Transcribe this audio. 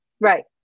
Right